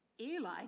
Eli